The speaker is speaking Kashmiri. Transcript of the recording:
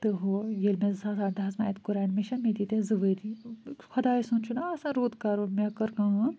تہٕ ہُہ ییٚلہِ مےٚ زٕ ساس اَردَہَس منٛز اَتہِ کوٚر اٮ۪ڈمِشَن مےٚ دِتۍ اَتہِ زٕ ؤری خۄداے سُنٛد چھُنَہ آسان رُت کَرُن مےٚ کٔر کٲم